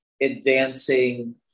advancing